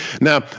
now